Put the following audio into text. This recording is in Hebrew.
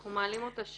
אנחנו מעלים אותה שוב.